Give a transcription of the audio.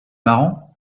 marrant